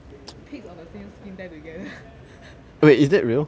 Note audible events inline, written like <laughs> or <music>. pigs of the same skin tear together <laughs> no